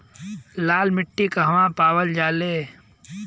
Loan चाही उमे का का चाही हमरा के जाने के बा?